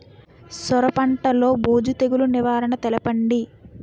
సొర పంటలో బూజు తెగులు నివారణ తెలపండి?